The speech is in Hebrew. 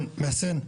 כן מחסן.